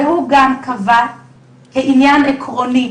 הוא גם קבע כעניין עקרוני,